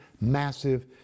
massive